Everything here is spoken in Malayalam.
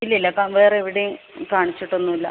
ഇല്ല ഇല്ല വേറെ എവിടേയും കാണിച്ചിട്ടൊന്നും ഇല്ല